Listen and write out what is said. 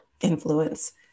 influence